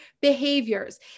behaviors